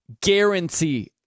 guarantee